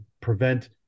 prevent